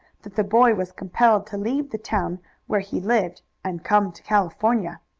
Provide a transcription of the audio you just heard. that the boy was compelled to leave the town where he lived and come to california.